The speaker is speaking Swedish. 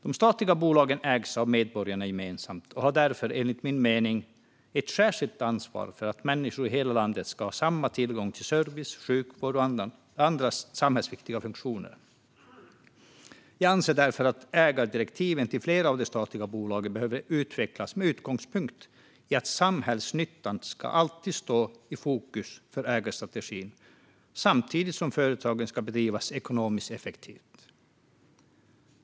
De statliga bolagen ägs av medborgarna gemensamt och har därför enligt min mening ett särskilt ansvar för att människor i hela landet ska ha samma tillgång till service, sjukvård och andra samhällsviktiga funktioner. Jag anser därför att ägardirektiven till flera av de statliga bolagen behöver utvecklas med utgångspunkt i att samhällsnyttan alltid ska stå i fokus för ägarstrategin samtidigt som företagen ska bedrivas ekonomiskt effektivt.